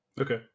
Okay